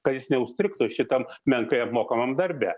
kad jis neužstrigtų šitam menkai apmokamam darbe